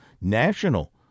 National